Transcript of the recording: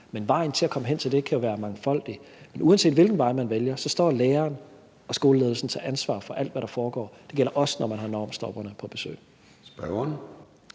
liv. Vejen til at komme hen til det kan jo være mangfoldig, men uanset hvilken vej man vælger, står læreren og skoleledelsen til ansvar for alt, hvad der foregår. Det gælder også, når man har Normstormerne på besøg.